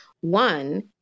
One